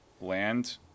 land